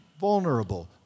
vulnerable